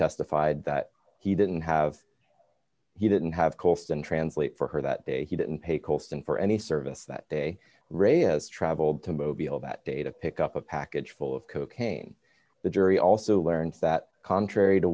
testified that he didn't have he didn't have course and translate for her that day he didn't pay colston for any service that day ray has travelled to mobile that day to pick up a package full of cocaine the jury also learned that contrary to